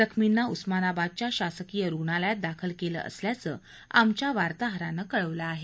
जखमींना उस्मानाबादच्या शासकीय रुग्णालयात दाखल केलं असल्याचं आमच्या वार्ताहरानं कळवलं आहे